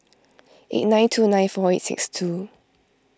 eight nine two nine four eight six two